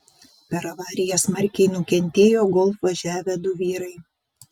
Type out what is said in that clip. per avariją smarkiai nukentėjo golf važiavę du vyrai